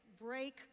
break